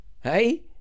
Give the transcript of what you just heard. Hey